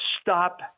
stop